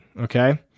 okay